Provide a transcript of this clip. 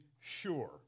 sure